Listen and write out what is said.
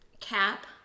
Cap